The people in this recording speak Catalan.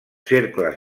cercles